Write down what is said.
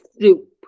soup